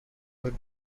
hurt